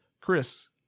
Chris